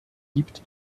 gibt